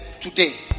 today